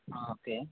okay